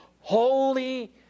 Holy